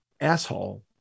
asshole